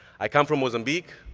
i come from mozambique,